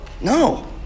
No